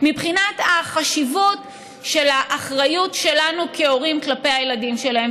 מבחינת החשיבות של האחריות שלנו כהורים כלפי הילדים שלנו,